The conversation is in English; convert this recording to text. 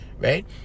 right